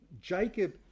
jacob